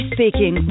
Speaking